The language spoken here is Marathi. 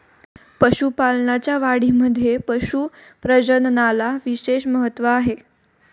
पशुपालनाच्या वाढीमध्ये पशु प्रजननाला विशेष महत्त्व आहे